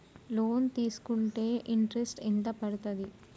Loan తీస్కుంటే interest ఎంత పడ్తది?